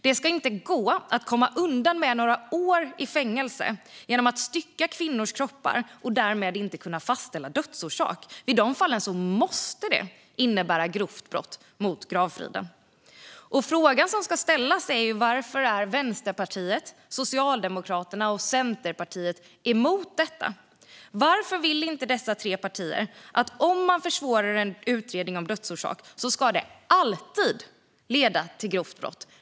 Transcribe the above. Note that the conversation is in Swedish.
Det ska inte gå att komma undan med några år i fängelse genom att stycka kvinnors kroppar så att dödsorsaken inte kan fastställas. I de fallen måste det utgöra grovt brott mot gravfriden. Den fråga som ska ställas är varför Vänsterpartiet, Centerpartiet och Socialdemokraterna är emot detta. Varför vill inte dessa tre partier att om någon försvårar en utredning av dödsorsak ska detta alltid utgöra grovt brott?